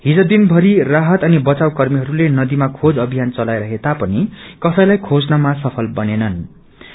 हिज दिनथरी राहत अनि बचाव कर्मीहरू नदीमा खोज अभियन चलाईरहेता पनि करीलाई खेञ्ममा सफल बनेननृ